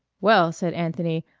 well, said anthony,